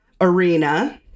arena